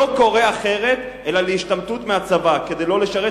לא קורא אחרת אלא להשתמטות מהצבא כדי לא לשרת,